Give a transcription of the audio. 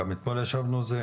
גם אתמול ישבנו על זה.